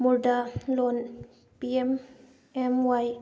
ꯃꯨꯔꯗꯥ loan P M M Y